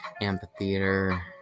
Amphitheater